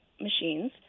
machines